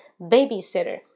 babysitter